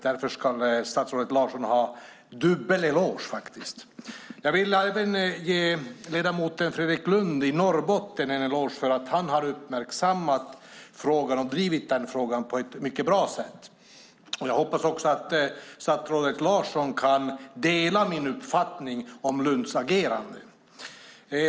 Därför ska statsrådet Larsson ha en dubbel eloge. Jag vill även ge ledamoten Fredrik Lundh från Norrbotten en eloge för att han har uppmärksammat och drivit den här frågan på ett mycket bra sätt. Jag hoppas också att statsrådet Larsson kan dela min uppfattning om Lunds agerande.